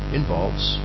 involves